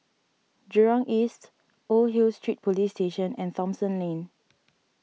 Jurong East Old Hill Street Police Station and Thomson Lane